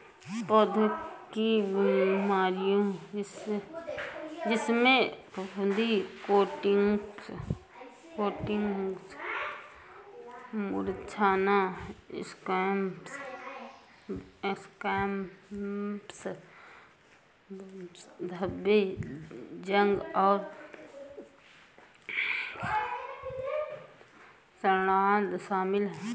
पौधों की बीमारियों जिसमें फफूंदी कोटिंग्स मुरझाना स्कैब्स धब्बे जंग और सड़ांध शामिल हैं